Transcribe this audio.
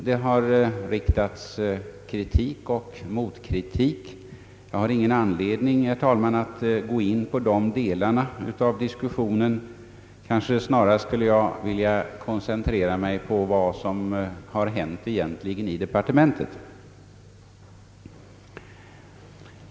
Det har framförts kritik och motkritik. Jag har ingen anledning att gå in på detaljer i diskussionen utan skulle kanske närmast vilja koncentrera mig på vad som egentligen har hänt i departementet.